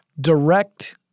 direct